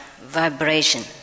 vibration